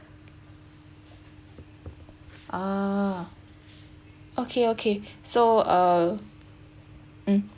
ah okay okay so uh mm